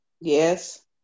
Yes